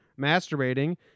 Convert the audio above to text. masturbating